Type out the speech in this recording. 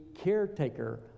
caretaker